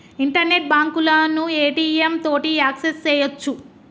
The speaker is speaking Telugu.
ఇంటర్నెట్ బాంకులను ఏ.టి.యం తోటి యాక్సెస్ సెయ్యొచ్చు